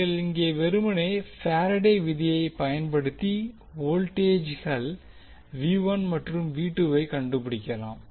நீங்கள் இங்கே வெறுமனே பாரெடே விதியை பயன்படுத்தி வோல்டேஜ்கள் மற்றும் வை கண்டுபிடிக்கலாம்